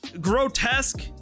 Grotesque